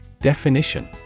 Definition